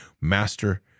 Master